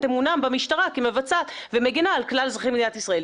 אמונם במשטרה כמבצעת ומגנה על כלל אזרחי מדינת ישראל.